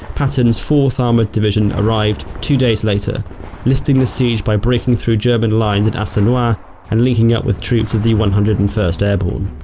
patton's fourth armored division arrived two days later lifting the siege by breaking through german lines at assenois and linking up with troops of the one hundred and first airborne.